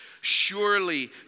Surely